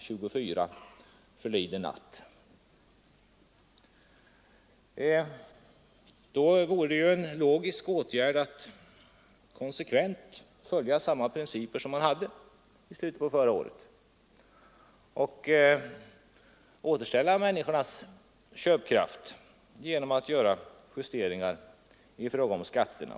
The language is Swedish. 24 förliden natt. Då vore det ju en logisk åtgärd att konsekvent följa samma principer som man hade i slutet av förra året och återställa människornas köpkraft genom att göra justeringar i fråga om skatterna.